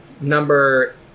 number